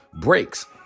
breaks